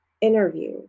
interview